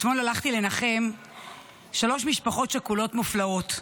אתמול הלכתי לנחם שלוש משפחות שכולות מופלאות.